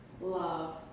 love